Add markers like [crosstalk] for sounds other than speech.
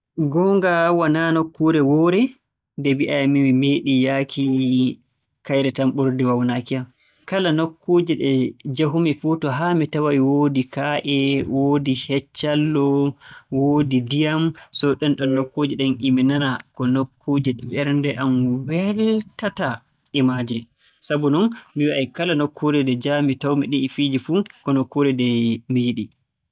[noise] Goonga wonaa nokkuure woore, nde mbi'aymi mi meeɗii yahki mi - kayre tan ɓurdi waawnaaki yam. Kala nokkuuje ɗe njahumi fuu to haa mi taway e woodi kaaƴe, woodi heccallo, woodi ndiyam. So ɗenɗon nokkuuje ɗen e mi nana ko nokkuuje ɓernde am weltata e maaje. Sabu non mi wi'ay kala nokkuure nde njah-mi taw-mi fiiji ɗii fuu, ko nokkuure nde mi yiɗi.